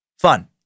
Fun